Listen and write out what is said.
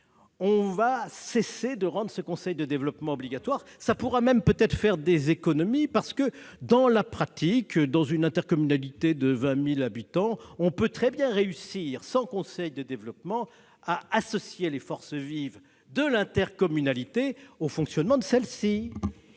on va cesser de rendre ce conseil de développement obligatoire. Cela pourrait même contribuer à faire des économies, parce que, dans la pratique, une intercommunalité de 20 000 habitants peut très bien réussir, sans conseil de développement, à associer les forces vives du territoire à son fonctionnement.